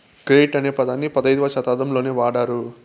credit అనే పదాన్ని పదైధవ శతాబ్దంలోనే వాడారు